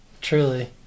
truly